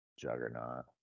juggernaut